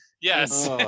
yes